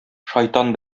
шайтан